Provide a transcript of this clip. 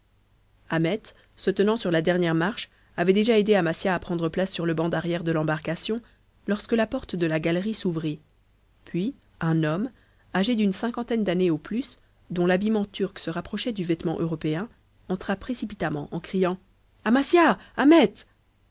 ahmet se tenant sur la dernière marche avait déjà aidé amasia à prendre place sur le banc d'arrière de l'embarcation lorsque la porte de la galerie s'ouvrit puis un homme âgé d'une cinquantaine d'années au plus dont l'habillement turc se rapprochait du vêtement européen entra précipitamment en criant amasia